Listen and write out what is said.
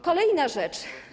Kolejna rzecz.